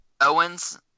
Owens